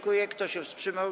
Kto się wstrzymał?